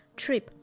trip